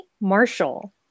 Marshall